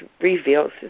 reveals